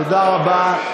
תודה רבה.